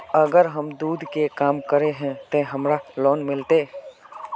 अगर हम दूध के काम करे है ते हमरा लोन मिलते?